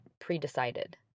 pre-decided